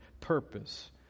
Purpose